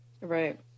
Right